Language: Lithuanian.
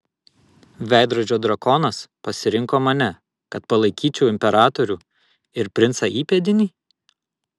veidrodžio drakonas pasirinko mane kad palaikyčiau imperatorių ir princą įpėdinį